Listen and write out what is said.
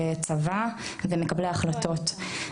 צבא ומקבלי החלטות.